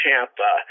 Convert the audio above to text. Tampa